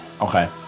Okay